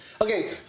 Okay